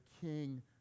king